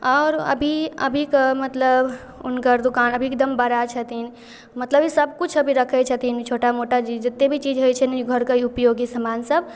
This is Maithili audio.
आओर अभी अभीके मतलब हुनकर दोकान अभी एकदम बड़ा छथिन मतलब ई सबकिछु अभी रखै छथिन छोटा मोटा जे जतेक भी चीज होइ छनि ई घरके उपयोगी समानसब